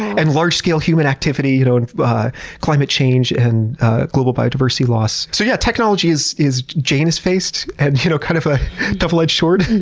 and large scale human activity, you know and but climate change and global biodiversity loss. so, yeah, technology is is janus faced. it's and you know kind of a double-edged sword.